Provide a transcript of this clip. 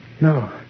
No